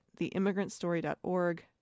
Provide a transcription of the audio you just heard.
theimmigrantstory.org